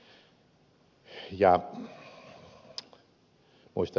muistan ed